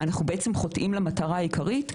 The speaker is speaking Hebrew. אנחנו חוטאים למטרה העיקרית,